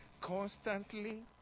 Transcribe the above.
constantly